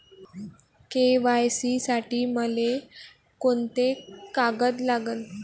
KYC साठी मले कोंते कागद लागन?